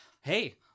hey